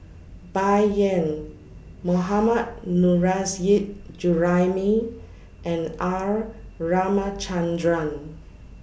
Bai Yan Mohammad Nurrasyid Juraimi and R Ramachandran